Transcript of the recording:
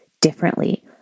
differently